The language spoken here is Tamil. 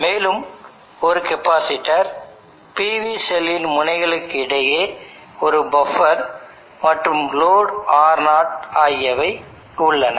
மேலும் ஒரு கெப்பாசிட்டர் PV செல்லின் முனைகளுக்கு இடையே ஒரு buffer மற்றும் லோடு Ro ஆகியவை உள்ளன